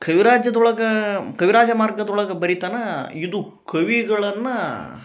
ಕವಿರಾಜದ ಒಳಗಾ ಕವಿರಾಜಮಾರ್ಗದೊಳಗ ಬರಿತನಾ ಇದು ಕವಿಗಳನ್ನ